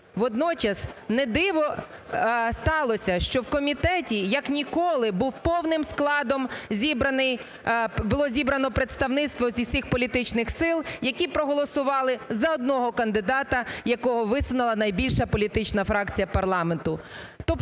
Водночас, не диво сталося, що в комітеті як ніколи був повним складом зібраний… було зібрано представництво зі всіх політичних сил, які проголосували за одного кандидата, якого висунула найбільша політична фракція парламенту.